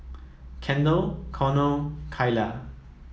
Kendall Cornel and Kaela